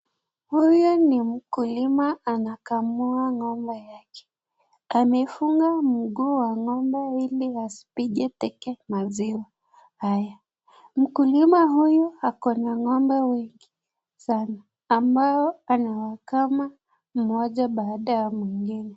Huyu ni mkulima anakamua ng'ombe yake, amefunga mguu wa ng'ombe ili asipige teke maziwa, mkulima huyu ako na ng'ombe wengi sana, ambao anawakama mmoja baada ya mwingine .